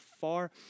far